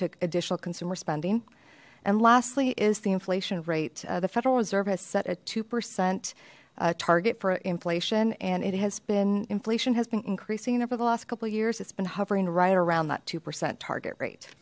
into additional consumer spending and lastly is the inflation rate the federal reserve has set a two percent target for inflation and it has been inflation has been increasing over the last couple years it's been hovering right around that two percent target rate